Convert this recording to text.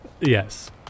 Yes